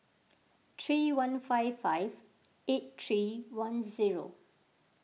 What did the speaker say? three one five five eight three one zero